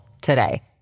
today